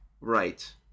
Right